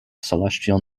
celestial